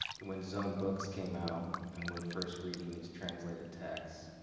when zone books came out and we're first reading these translated texts,